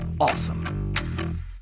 awesome